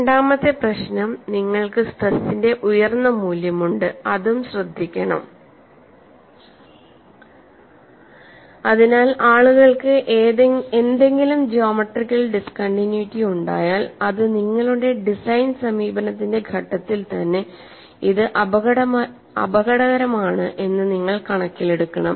രണ്ടാമത്തെ പ്രശ്നം നിങ്ങൾക്ക് സ്ട്രെസിന്റെ ഉയർന്ന മൂല്യമുണ്ട് അതും ശ്രദ്ധിക്കണം അതിനാൽ ആളുകൾക്ക് എന്തെങ്കിലും ജോമെട്രിക്കൽ ഡിസ്കണ്ടിന്യുറ്റി ഉണ്ടായാൽ അത് നിങ്ങളുടെ ഡിസൈൻ സമീപനത്തിന്റെ ഘട്ടത്തിൽ തന്നെ ഇത് അപകടകരമാണ് എന്ന് നിങ്ങൾ കണക്കിലെടുക്കണം